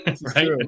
right